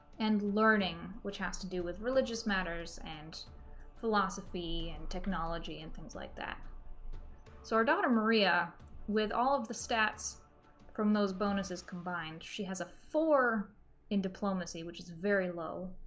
and learning which has to do with religious matters and philosophy and technology and things like that so our daughter maria with all of the stats from those bonuses combined she has a four in diplomacy which is very low